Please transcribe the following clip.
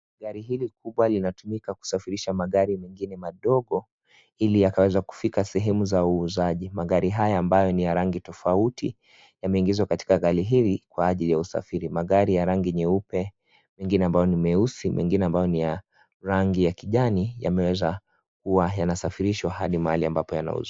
Gari hili kubwa linatumika kusafirisha magari mengine madogo ili yakaweze kufika sehemu za uuzaji. Magari haya ambayo ni ya rangi tofauti yameingizwa katika gari hili kwa ajili ya usafiri. Magari ya rangi nyeupe , ingine ambayo ni meusi , mengine ambayo ni ya rangi ya kijani yameweza kuwa yanafirishwa hadi mahali ambapo yanauziwa.